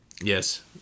Yes